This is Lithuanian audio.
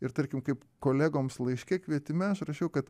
ir tarkim kaip kolegoms laiške kvietime aš rašiau kad